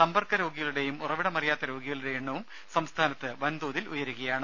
സമ്പർക്ക രോഗികളുടേയും ഉറവിടമറിയാത്ത രോഗികളുടേയും എണ്ണവും സംസ്ഥാനത്ത് വൻതോതിൽ ഉയരുകയാണ്